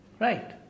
Right